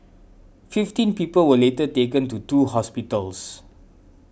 fifteen people were later taken to two hospitals